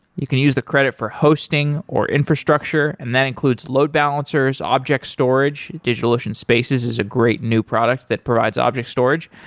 you can use the credit for hosting, or infrastructure, and that includes load balancers, object storage. digitalocean spaces is a great new product that provides object storage,